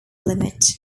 limit